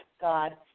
God